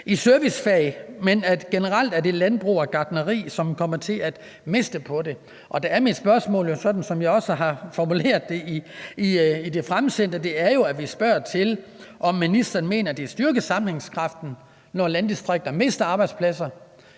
i servicefag, men generelt er det landbrug og gartneri, som kommer til at miste noget på det. Der er mit spørgsmål jo, sådan som jeg også har formuleret det i det fremsendte spørgsmål, om ministeren mener, at det styrker sammenhængskraften, når landdistrikter mister arbejdspladser